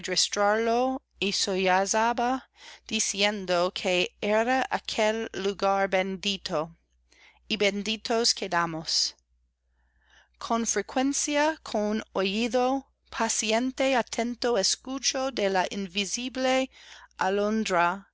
y sollozaba diciendo que era aquel lugar bendito y benditos quedamos con frecuencia con oido paciente atento escucho de la invisible alondra